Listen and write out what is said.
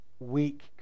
weak